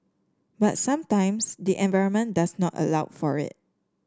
but sometimes the environment does not allow for it